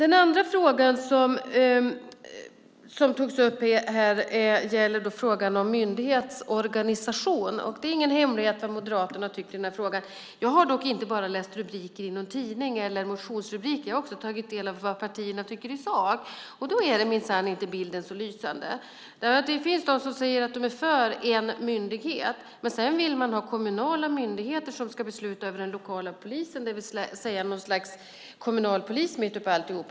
En annan sak som togs upp här gäller frågan om myndighetsorganisation. Vad Moderaterna tycker i frågan är ingen hemlighet. Jag har dock inte bara läst rubriker i någon tidning eller läst motionsrubriker, utan jag har också tagit del av vad partierna i sak tycker. Då är bilden minsann inte så lysande. Det finns de som säger att de är för en myndighet. Men sedan vill man ha kommunala myndigheter som ska besluta över den lokala polisen, det vill säga något slags kommunalpolis mitt upp i alltihop.